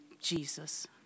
Jesus